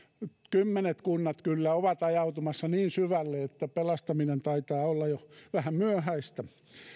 kymmenet kunnat kyllä ovat ajautumassa niin syvälle että pelastaminen taitaa olla jo vähän myöhäistä